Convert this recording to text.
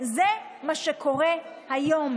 נגד בנימין נתניהו,